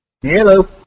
Hello